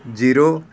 zero